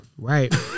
right